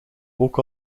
ook